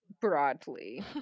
broadly